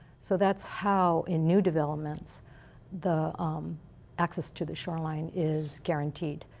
so that's how in new developments the um access to the shoreline is guaranteed.